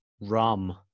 rum